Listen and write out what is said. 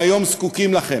שהיום זקוקים לכם.